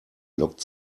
looked